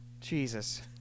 Jesus